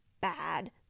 bad